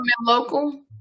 local